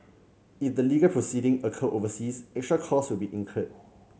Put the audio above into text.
if the legal proceeding occur overseas extra costs will be incurred